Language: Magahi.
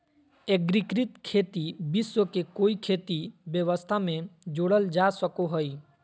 एग्रिकृत खेती विश्व के कोई खेती व्यवस्था में जोड़ल जा सको हइ